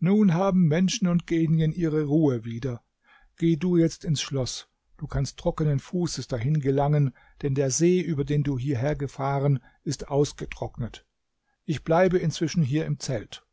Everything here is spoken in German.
nun haben menschen und genien ihre ruhe wieder geh du jetzt ins schloß du kannst trockenen fußes dahin gelangen denn der see über den du hierher gefahren ist ausgetrocknet ich bleibe inzwischen hier im zelt